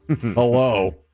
Hello